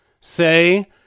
say